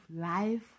life